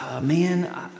Man